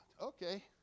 okay